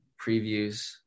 previews